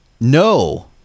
No